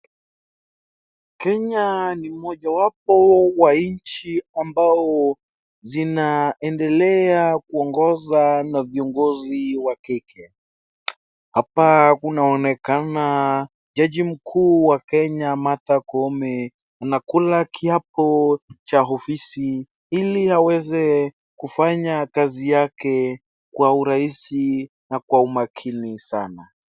Kenya ni mojawapo wa nchi ambao zinaendelea kuongoza na viongozi wa kike. Hapa kunaonekana jaji mkuu Martha Koome anakula kiapo cha ofisi ili aweze kufanya kazi yake kwa urahisi na kwa umakini sana.